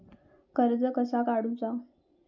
कर्ज कसा काडूचा?